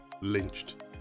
lynched